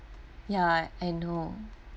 ya I know